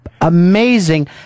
amazing